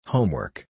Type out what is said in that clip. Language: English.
Homework